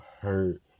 hurt